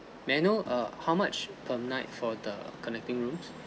may I know err how much per night for the connecting rooms